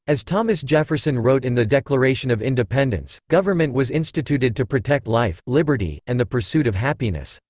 as thomas jefferson wrote in the declaration of independence, government was instituted to protect life, liberty, and the pursuit of happiness.